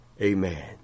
Amen